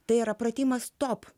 tai yra pratimas stop